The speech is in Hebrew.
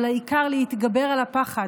אבל העיקר להתגבר על הפחד,